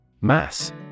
Mass